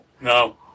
No